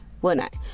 whatnot